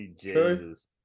Jesus